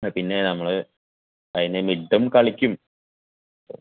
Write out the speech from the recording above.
പിന്നെ നമ്മൾ അതിനെ മിഡും കളിക്കും